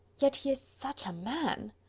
yet he is such a man!